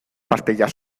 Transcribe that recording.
pastillas